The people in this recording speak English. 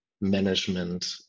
management